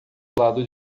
lado